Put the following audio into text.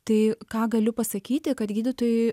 tai ką galiu pasakyti kad gydytojui